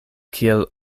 kiel